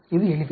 இது எளிது